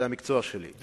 זה המקצוע שלי,